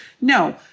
No